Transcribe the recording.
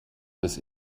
bis